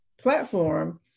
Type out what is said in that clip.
platform